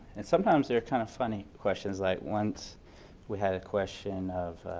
and sometimes they are kind of funny questions like once we had a question of.